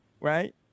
right